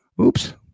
oops